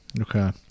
Okay